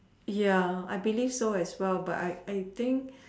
ya I believe so as well but I I think